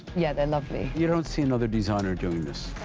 yeah, they're lovely! you don't see another designer doing this.